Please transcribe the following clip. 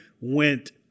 went